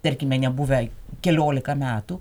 tarkime nebuvę keliolika metų